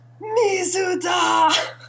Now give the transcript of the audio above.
mizuda